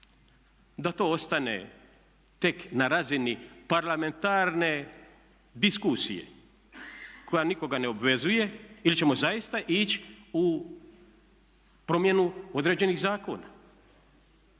da to ostane tek na razini parlamentarne diskusije koja nikoga ne obvezuje ili ćemo zaista ići u promjenu određenih zakona?